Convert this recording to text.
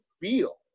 feel